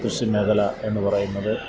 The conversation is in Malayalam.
കൃഷി മേഖല എന്ന് പറയുന്നത്